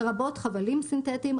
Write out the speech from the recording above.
לרבות חבלים סינתטיים,